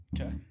Okay